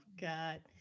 God